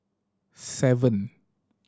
seven